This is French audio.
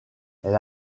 elle